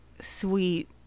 sweet